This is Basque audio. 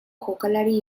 jokalari